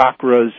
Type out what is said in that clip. chakras